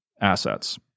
assets